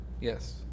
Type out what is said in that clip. Yes